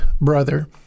brother